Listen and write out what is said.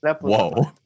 Whoa